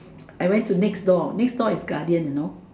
I went to next door next door is Guardian you know